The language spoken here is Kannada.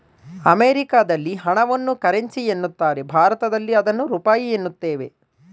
ಅಮೆರಿಕದಲ್ಲಿ ಹಣವನ್ನು ಕರೆನ್ಸಿ ಎನ್ನುತ್ತಾರೆ ಭಾರತದಲ್ಲಿ ಅದನ್ನು ರೂಪಾಯಿ ಎನ್ನುತ್ತೇವೆ